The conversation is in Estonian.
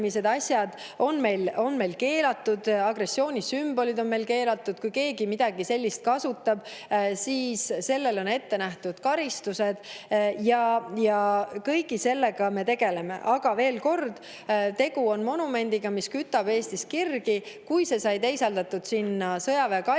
on meil keelatud, agressioonisümbolid on meil keelatud. Kui keegi midagi sellist kasutab, siis on ette nähtud karistus. Kõige sellega me tegeleme. Aga veel kord: tegu on monumendiga, mis kütab Eestis kirgi. Kui see sai teisaldatud sõjaväekalmistule,